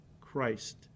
Christ